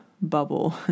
Bubble